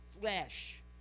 flesh